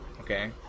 Okay